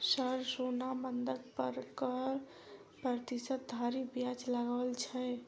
Sir सोना बंधक पर कऽ प्रतिशत धरि ब्याज लगाओल छैय?